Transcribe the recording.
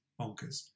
bonkers